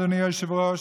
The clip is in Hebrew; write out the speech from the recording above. היושב-ראש,